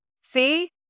See